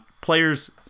players